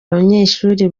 abanyeshuri